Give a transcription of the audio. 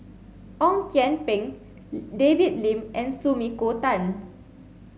Ong Kian Peng David Lim and Sumiko Tan